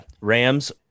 Rams